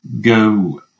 go